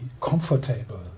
comfortable